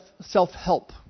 self-help